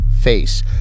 face